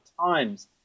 times